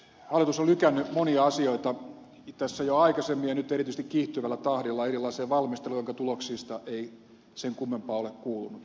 hallitus on lykännyt monia asioita tässä jo aikaisemmin ja nyt erityisesti kiihtyvällä tahdilla erilaisia valmisteluja jonka tuloksista ei sen kummempaa ole kuulunut